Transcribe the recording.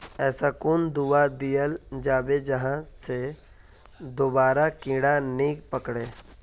ऐसा कुन दाबा दियाल जाबे जहा से दोबारा कीड़ा नी पकड़े?